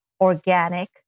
organic